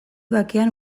bakean